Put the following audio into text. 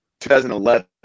2011